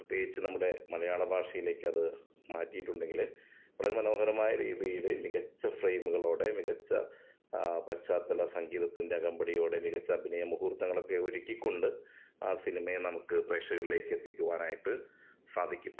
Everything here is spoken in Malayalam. പ്രത്യേകിച്ച് നമ്മുടെ മലയാള ഭാഷയിലേക്ക് അത് മാറ്റിയിട്ടുണ്ടെങ്കിൽ വളരെ മനോഹരമായ രീതിയിൽ മികച്ച ഫ്രെയിമുകളോടെ മികച്ച പശ്ചാത്തല സംഗീതത്തിന്റെ അകമ്പടിയോടെ മികച്ച അഭിനയ മുഹൂര്ത്തങ്ങളൊക്കെ ഒരുക്കിക്കൊണ്ട് ആ സിനിമയെ നമുക്ക് പ്രേക്ഷകരിലേക്ക് എത്തിക്കുവാനായിട്ട് സാധിക്കും